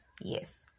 Yes